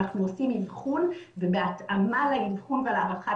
אנחנו עושים אבחון ובהתאמה לאבחון ולהערכת